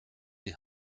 die